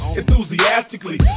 enthusiastically